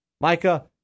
Micah